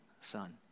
son